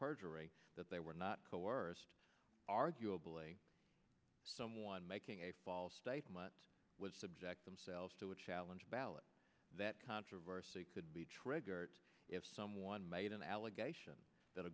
perjury that they were not coerced arguably someone making a false statement was subject themselves to a challenge ballot that controversy could be triggered if someone made an allegation that a